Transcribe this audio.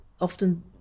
often